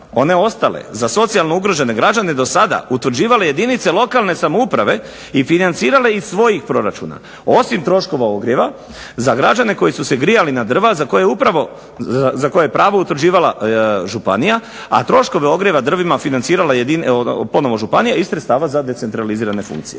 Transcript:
one ostale za socijalno ugrožene građane do sada utvrđivale jedinice lokalne samouprave i financirale iz svojih proračuna, osim troškova ogrjeva za građane koji su se grijali na drva, za koje upravo, za koje je pravo utvrđivala županija, a troškove ogrjeva drvima financirala je ponovo županija iz sredstava za decentralizirane funkcije.